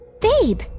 babe